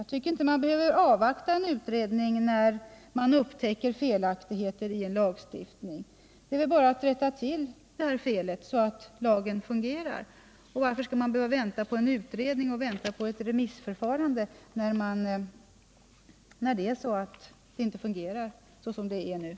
Jag tycker inte att man behöver avvakta en utrednings resultat, om man upptäcker felaktigheter i en lagstiftning; det är väl då bara att rätta till felen, så att lagen fungerar! Varför skall man behöva vänta på en utredning och ett remissförfarande, när man redan vet att den nuvarande lagen inte fungerar tillfredsställande?